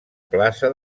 plaça